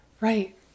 Right